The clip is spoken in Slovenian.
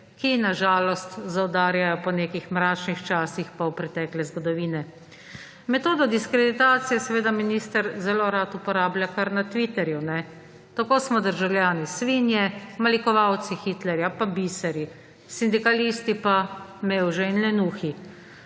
ki na žalost zaudarjajo po nekih mračnih časih polpretekle zgodovine. Metodo diskreditacije seveda minister zelo rad uporablja kar na Twitterju. Tako smo državljani svinje, malikovalci Hitlerja pa biseri, sindikalisti pa mevže in lenuhi.